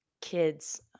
kids